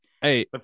Hey